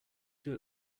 too